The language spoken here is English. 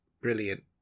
Brilliant